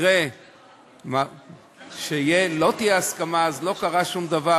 יקרה שלא תהיה הסכמה אז לא קרה שום דבר,